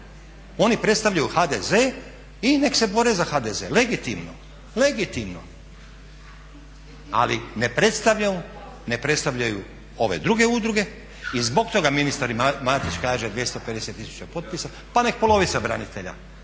Oni predstavljaju HDZ i neka se bore za HDZ, legitimno, legitimno. Ali ne predstavljaju ove druge udruge. I zbog toga ministar Matić kaže 250 tisuća potpisa pa neka polovica branitelja,